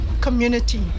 community